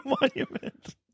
monument